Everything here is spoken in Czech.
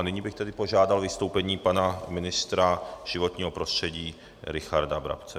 Nyní bych požádal o vystoupení pana ministra životního prostředí Richarda Brabce.